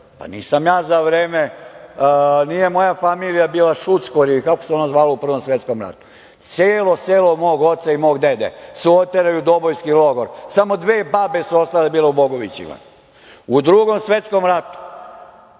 pa nisam ja, nije moja familija bila šuckori ili kako se ono zvalo u Prvom svetskom ratu. Celo selo mog oca i mog dede su oterali u dobojski logor. Samo dve babe su bile ostale u Bogovićima. U Drugom svetskom ratu